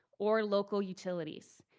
or local utilities.